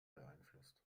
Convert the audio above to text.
beeinflusst